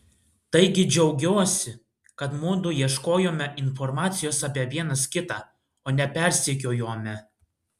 taigi džiaugiuosi kad mudu ieškojome informacijos apie vienas kitą o ne persekiojome